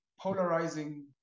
polarizing